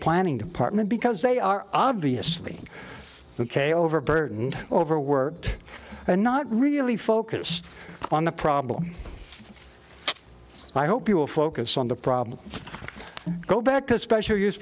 planning department because they are obviously ok overburdened overworked and not really focused on the problem i hope you will focus on the problem go back to special use